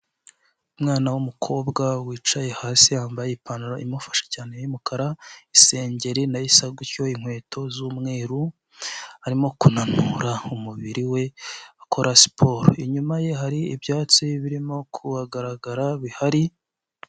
Umwana w'umukobwa wicaye hasi, yambaye ipantaro imufasha cyane y'umukara, isengeri na yo isa gutyo, inkweto z'umweru, arimo kunanura umubiri we akora siporo, inyuma ye hari ibyatsi birimo kuhagaragara bihari.